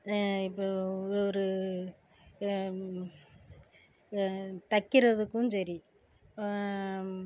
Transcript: இப்போ ஒரு தைக்கிறதுக்கும் சரி